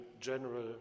general